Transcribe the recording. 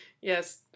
Yes